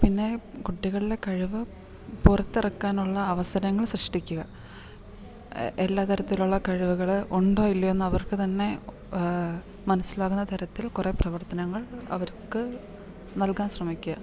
പിന്നെ കുട്ടികളുടെ കഴിവു പുറത്തിറക്കാനുള്ള അവസരങ്ങൾ സൃഷ്ടിക്കുക എല്ലാ തരത്തിലുള്ള കഴിവുകള് ഉണ്ടോ ഇല്ലയോന്ന് അവർക്കു തന്നെ മനസ്സിലാകുന്ന തരത്തിൽ കുറേ പ്രവർത്തനങ്ങൾ അവര്ക്കു നൽകാൻ ശ്രമിക്കുക